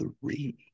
three